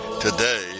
today